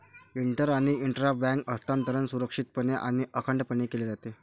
inter आणि intra bank हस्तांतरण सुरक्षितपणे आणि अखंडपणे केले जाते